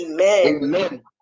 amen